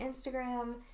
instagram